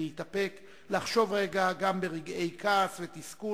להתאפק, לחשוב רגע גם ברגעי כעס ותסכול,